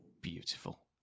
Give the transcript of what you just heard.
Beautiful